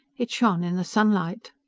it shone in the sunlight.